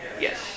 Yes